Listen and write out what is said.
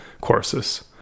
courses